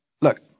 look